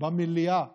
במליאה בכנסת.